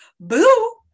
boo